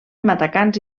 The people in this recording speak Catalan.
matacans